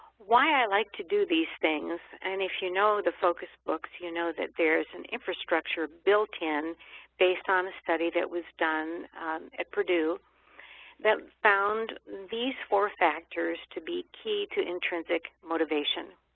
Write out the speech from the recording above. why i like to do these things, and if you know the focus books, you know that there's an infrastructure built in based on a study that was done at purdue that found these four factors to be key to intrinsic motivation.